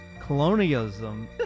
Colonialism